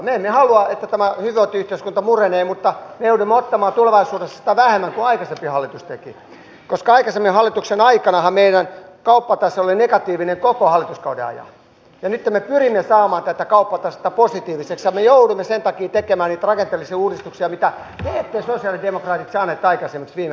me emme halua että tämä hyvinvointiyhteiskunta murenee mutta me joudumme ottamaan tulevaisuudessa sitä vähemmän kuin aikaisempi hallitus teki koska aikaisemman hallituksen aikanahan meidän kauppatase oli negatiivinen koko hallituskauden ajan ja nytten me pyrimme saamaan tätä kauppatasetta positiiviseksi ja me joudumme sen takia tekemään niitä rakenteellisia uudistuksia mitä te sosialidemokraatit ette saaneet aikaiseksi viime hallituskauden aikana